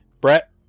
Brett